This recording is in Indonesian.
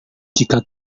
jika